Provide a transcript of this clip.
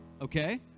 okay